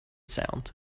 sound